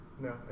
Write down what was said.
No